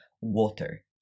water